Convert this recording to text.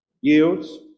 yields